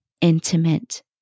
intimate